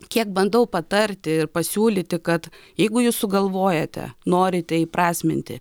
kiek bandau patarti ir pasiūlyti kad jeigu jūs sugalvojate norite įprasminti